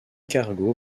cargo